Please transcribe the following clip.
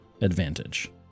advantage